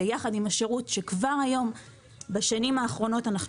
ויחד עם השירות שכבר בשנים האחרונות אנחנו